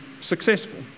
successful